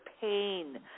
pain